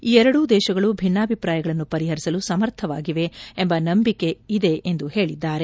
ಈ ಎರಡೂ ದೇಶಗಳು ಭಿನ್ನಾಭಿಪ್ರಾಯಗಳನ್ನು ಪರಿಪರಿಸಲು ಸಮರ್ಥವಾಗಿದೆ ಎಂಬ ನಂಬಿಕೆ ಇದೆ ಎಂದು ಹೇಳಿದ್ದಾರೆ